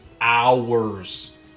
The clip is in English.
hours